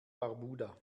barbuda